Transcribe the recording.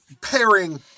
pairing